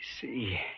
see